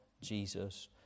Jesus